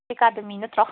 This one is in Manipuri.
ꯑꯦꯀꯥꯗꯃꯤ ꯅꯠꯇ꯭ꯔꯣ